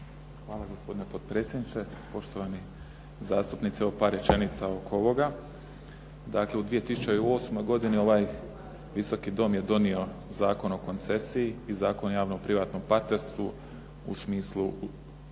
Hvala. Gospodine potpredsjedniče, poštovani zastupnici. Par rečenica oko ovoga. Dakle, u 2008. godini ovaj Visoki dom je donio Zakon o koncesiji i Zakon o javnom privatnom partnerstvu u smislu